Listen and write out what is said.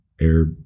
air